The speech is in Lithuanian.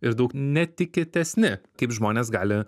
ir daug netikėtesni kaip žmonės gali